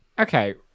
Okay